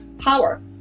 power